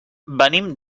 venim